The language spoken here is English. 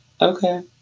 Okay